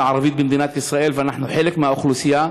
הערבית במדינת ישראל ואנחנו חלק מהאוכלוסייה,